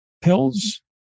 pills